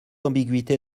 ambiguïté